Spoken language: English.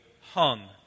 hung